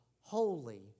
Holy